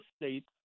states